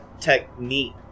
technique